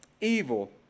evil